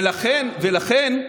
ולכן,